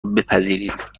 بپذیرید